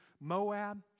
Moab